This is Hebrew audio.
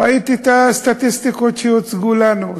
וראיתי את הסטטיסטיקות שהוצגו לנו,